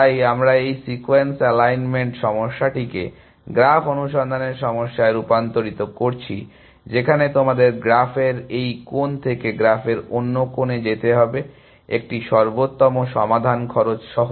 তাই আমরা এই সিকোয়েন্স এলাইনমেন্ট সমস্যাটিকে গ্রাফ অনুসন্ধানের সমস্যায় রুপান্তরিত করছি যেখানে তোমাদের গ্রাফের এই কোণ থেকে গ্রাফের অন্য কোণে যেতে হবে একটি সর্বোত্তম সমাধান খরচ সহ